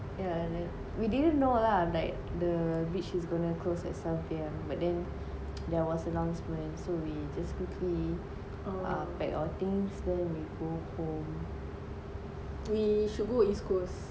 yeah like we didn't know lah like the beach is gonna close at seven P_M but then there was announcement so we just quickly uh pack our things then we go home